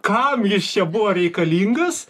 kam jis čia buvo reikalingas